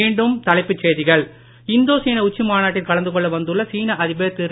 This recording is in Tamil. மீண்டும் தலைப்புச் செய்திகள் இந்தோ சீன உச்சி மாநாட்டில் கலந்துகொள்ள வந்துள்ள சீன அதிபர் திரு